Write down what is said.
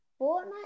Fortnite